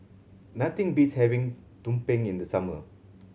nothing beats having tumpeng in the summer